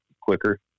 quicker